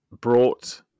brought